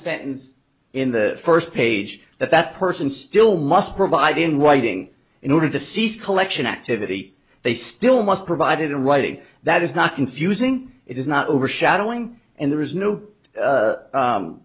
sentence in the first page that that person still must provide in whiting in order to cease collection activity they still must provide it in writing that is not confusing it is not overshadowing and there is no